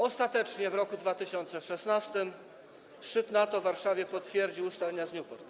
Ostatecznie w roku 2016 szczyt NATO w Warszawie potwierdził ustalenia z Newport.